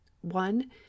one